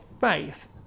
faith